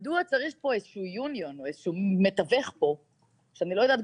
מדוע צריך פה איזשהו union או איזשהו מתווך פה שאני לא יודעת